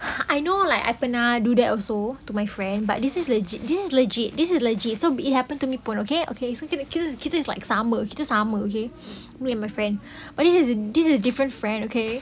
I know like I pernah do that also to my friend but this is legit legit this is legit this is legit so it happened to me pun okay okay kita kita kita is like sama kita sama okay me and my friend but this is a this is different friend okay